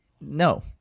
no